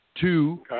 Two